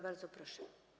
Bardzo proszę.